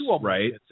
right